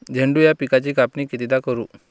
झेंडू या पिकाची कापनी कितीदा करू?